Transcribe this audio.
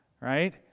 Right